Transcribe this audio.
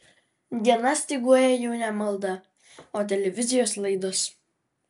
dieną styguoja jau ne malda o televizijos laidos